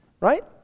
right